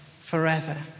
forever